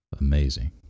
amazing